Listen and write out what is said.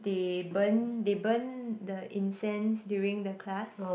they burn they burn the incense during the class